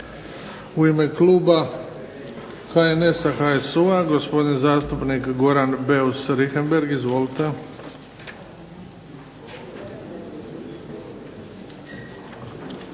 U ime kluba HNS-a, HSU-a gospodin zastupnik Goran Beus Richembergh. Izvolite. **Beus